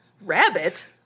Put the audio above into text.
Rabbit